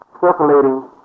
circulating